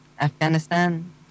Afghanistan